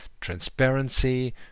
transparency